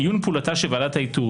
איון פעולתה של ועדת האיתור,